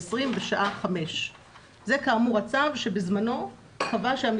2020 בשעה 5:00". זה כאמור הצו שבזמנו קבע שהאיסור